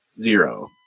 Zero